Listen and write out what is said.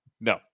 No